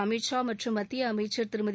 அமித்ஷா மற்றும் மத்திய அமைச்சர் திருமதி